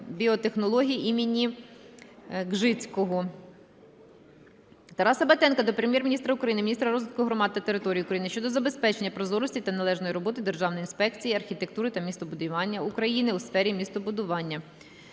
біотехнологій імені С.З. Ґжицького. Тараса Батенка до Прем'єр-міністра України, міністра розвитку громад та територій України щодо забезпечення прозорості та належної роботи Державної інспекції архітектури та містобудування України у сфері містобудування.